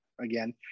again